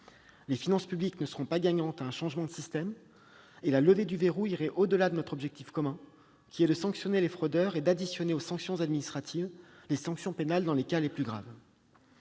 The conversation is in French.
Les finances publiques ne seront pas gagnantes à un changement de système, et la levée du « verrou » irait au-delà de notre objectif commun, qui est de sanctionner les fraudeurs et d'additionner aux sanctions administratives les sanctions pénales dans les cas les plus graves.